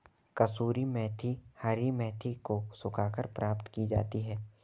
कसूरी मेथी हरी मेथी को सुखाकर प्राप्त की जाती है